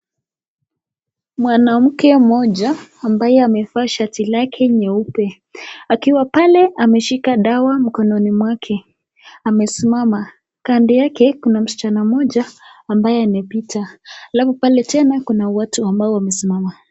Mwanamke mmoja ambaye amevaa shati lake nyeupe akiwa pale ameshika dawa mkonononi mwake amesimama. Kando yake kuna msichana mmoja ambaye anapita alafu tena kuna watu ambao wamesimama.